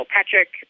Patrick